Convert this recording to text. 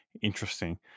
interesting